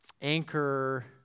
anchor